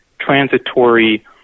transitory